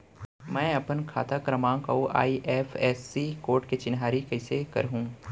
मैं अपन खाता क्रमाँक अऊ आई.एफ.एस.सी कोड के चिन्हारी कइसे करहूँ?